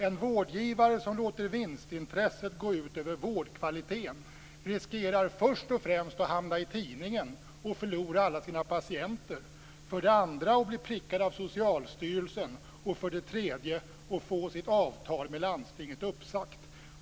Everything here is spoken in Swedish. En vårdgivare som låter vinstintresset gå ut över vårdkvaliteten riskerar för det första att hamna i tidningen och förlora alla sina patienter, för det andra att bli prickad av Socialstyrelsen och för det tredje att få sitt avtal med landstinget uppsagt.